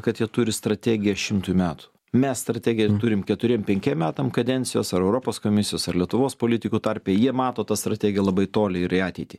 kad jie turi strategiją šimtui metų mes strategiją turim keturiem penkiem metam kadencijos ar europos komisijos ar lietuvos politikų tarpe jie mato tą strategiją labai toli ir į ateitį